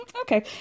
Okay